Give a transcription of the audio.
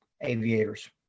aviators